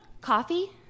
Coffee